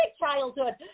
childhood